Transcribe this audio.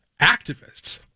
activists